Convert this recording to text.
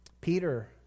Peter